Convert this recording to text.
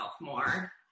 more